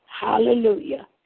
Hallelujah